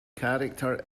character